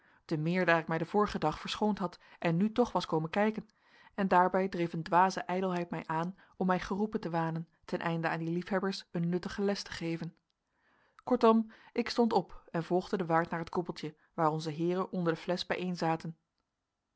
te meer daar ik mij den vorigen dag verschoond had en nu toch was komen kijken en daarbij dreef een dwaze ijdelheid mij aan om mij geroepen te wanen ten einde aan die liefhebbers een nuttige les te geven kortom ik stond op en volgde den waard naar het koepeltje waar onze heeren onder de flesch